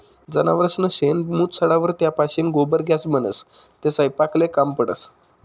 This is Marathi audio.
जनावरसनं शेण, मूत सडावर त्यापाशीन गोबर गॅस बनस, तो सयपाकले काम पडस